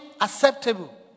acceptable